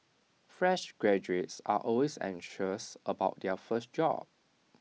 fresh graduates are always anxious about their first job